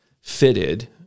fitted